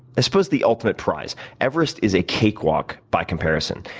i suppose, the ultimate prize. everest is a cakewalk by comparison.